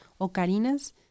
ocarinas